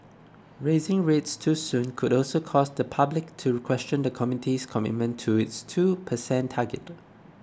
raising rates too soon could also cause the public to question the committee's commitment to its two percent target